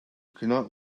cannot